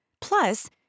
Plus